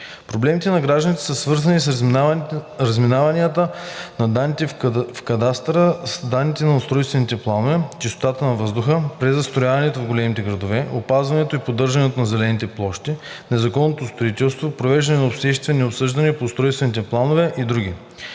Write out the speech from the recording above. Проблемите на гражданите са свързани и с разминаванията на данните в кадастъра с данните от устройствените планове, чистотата на въздуха, презастрояването в големите градове, опазването и поддържането на зелените площи, незаконното строителство, провеждането на обществените обсъждания по устройствените планове и други.